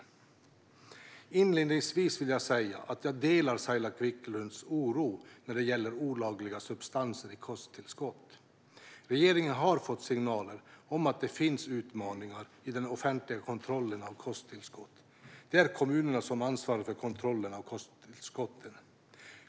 Inledningsvis vill jag säga att jag delar Saila Quicklunds oro när det gäller olagliga substanser i kosttillskott. Regeringen har fått signaler om att det finns utmaningar i den offentliga kontrollen av kosttillskott. Det är kommunerna som ansvarar för kontrollen av kosttillskotten.